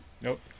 Nope